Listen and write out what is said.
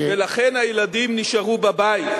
ולכן הילדים נשארו בבית.